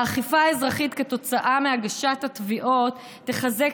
האכיפה האזרחית כתוצאה מהגשת התביעות גם תחזק